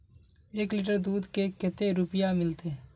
एक लीटर दूध के कते रुपया मिलते?